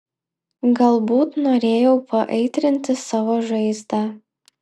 galbūt norėjau paaitrinti savo žaizdą